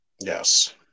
Yes